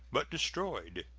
but destroyed.